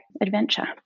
adventure